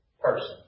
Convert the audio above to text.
person